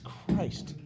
Christ